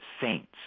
saints